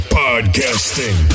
podcasting